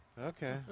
Okay